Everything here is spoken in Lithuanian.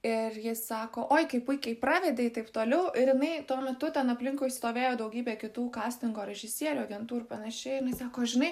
ir ji sako oi kaip puikiai pravedei taip toliau ir jinai tuo metu ten aplinkui stovėjo daugybė kitų kastingo režisierių agentų ir panašiai sako žinai